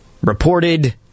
reported